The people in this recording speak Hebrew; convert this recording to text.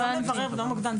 זה לא מברר ולא מוקדן.